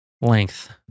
length